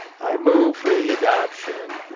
i move for the adoption